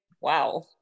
wow